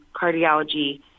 cardiology